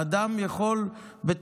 אדם יכול בטעות.